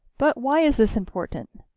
but why is this important?